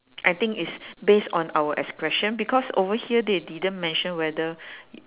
I think it's based on our excretion because over here they didn't mention whether y~